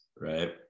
right